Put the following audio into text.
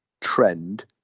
trend